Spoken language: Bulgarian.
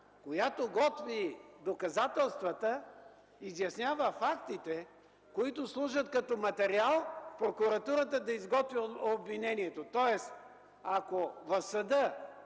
която готви доказателствата, изяснява фактите, които служат като материал прокуратурата да изготвя обвинението. Тоест, ако в съда